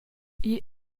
igl